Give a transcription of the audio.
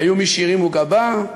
היו מי שהרימו גבה,